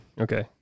Okay